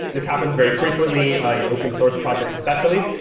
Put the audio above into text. this happens very frequently in open source projects, especially.